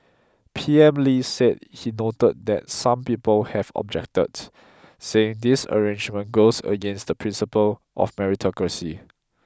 P M Lee said he noted that some people have objected saying this arrangement goes against the principle of meritocracy